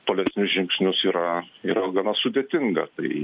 tolesnius žingsnius yra yra gana sudėtinga tai